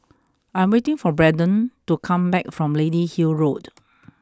I'm waiting for Brendan to come back from Lady Hill Road